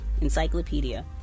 encyclopedia